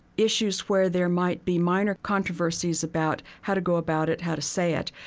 issues where there might be minor controversies about how to go about it, how to say it,